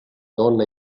donna